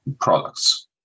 products